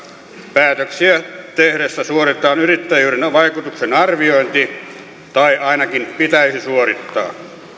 päätöksiä tehtäessä suoritetaan yritysvaikutusten arviointi tai ainakin pitäisi suorittaa